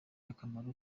akamaro